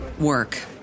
work